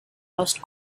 most